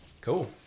Cool